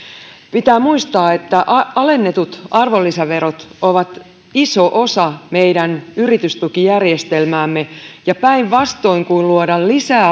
pitää muistaa että alennetut arvonlisäverot ovat iso osa meidän yritystukijärjestelmäämme ja päinvastoin kuin luoda lisää